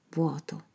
vuoto